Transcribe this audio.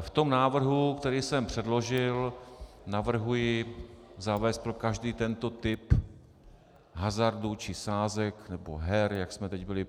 V návrhu, který jsem předložil, navrhuji zavést pro každý tento typ hazardu či sázek nebo her, jak jsme teď byli